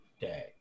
day